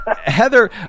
Heather